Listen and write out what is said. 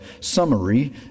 summary